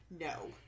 No